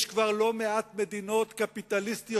יש כבר לא מעט מדינות קפיטליסטיות,